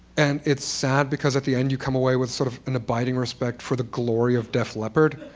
and it's sad, because at the end you come away with sort of an abiding respect for the glory of def leppard.